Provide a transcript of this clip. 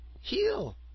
heal